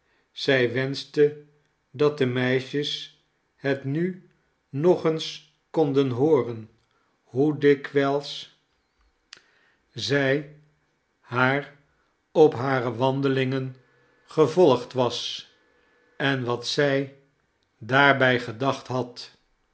zij wenschte dat de meisjes het nu nog eens konden hooren hoe dikwijls zij haar slot van het verhaal op hare wandelingen gevolgd was en wat zij daarbij gedacht had